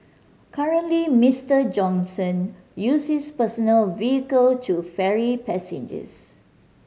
currently Mister Johnson uses personal vehicle to ferry passengers